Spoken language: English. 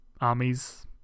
armies